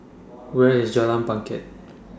Where IS Jalan Bangket